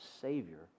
savior